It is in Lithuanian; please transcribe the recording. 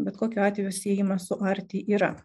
bet kokiu atveju siejama su arti yra